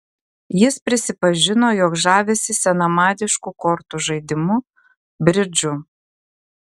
jis prisipažino jog žavisi senamadišku kortų žaidimu bridžu